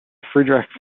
friedrich